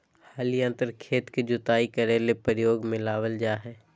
हल यंत्र खेत के जुताई करे ले प्रयोग में लाबल जा हइ